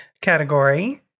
category